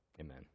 Amen